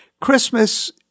Christmas